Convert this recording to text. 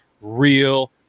real